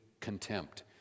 contempt